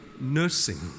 nursing